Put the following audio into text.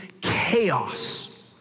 chaos